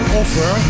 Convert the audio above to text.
offer